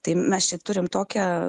tai mes čia turim tokią